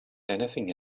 anything